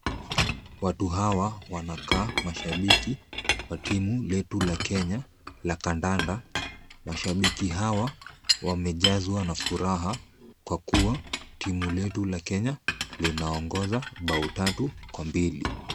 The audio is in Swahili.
Watu hawa wanakaa mashabiki wa timu letu la kenya la kandanda. Mashabiki hawa wamejazwa na furaha kwa kuwa timu letu la kenya linaongoza bao 3 kwa 2.